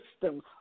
system